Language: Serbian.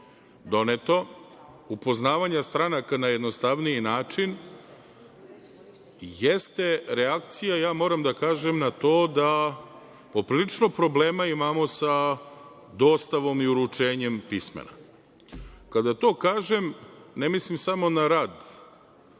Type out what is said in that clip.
doneto, upoznavanja stranaka na jednostavniji način, jeste reakcija, ja moram da kažem na to da poprilično problema imamo sa dostavom i uručenjem pismena. Kada to kažem, ne mislim samo na rad